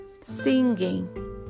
Singing